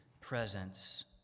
presence